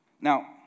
Now